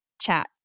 Chat